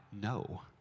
No